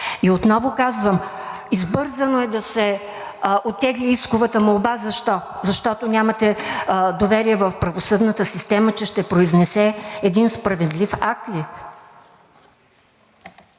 И отново казвам, избързано е да се оттегли исковата молба. Защо? Защото нямате доверие в правосъдната система, че ще произнесе един справедлив акт ли?